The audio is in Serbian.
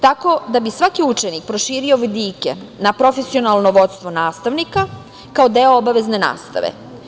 Tako da bi svaki učenik proširio vidike na profesionalno vodstvo nastavnika, kao deo obavezne nastave.